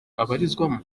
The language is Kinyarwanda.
abarizwamo